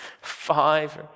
Five